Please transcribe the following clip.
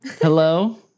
hello